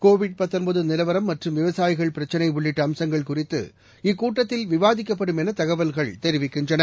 Covid நிலவரம் மற்றும் விவசாயிகள் பிரச்னை உள்ளிட்ட அம்சங்கள் குறித்து இக்கூட்டத்தில் விவாதிக்கப்படும் என தகவல்கள் தெரிவிக்கின்றன